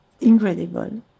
incredible